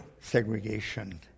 segregation